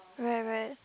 where where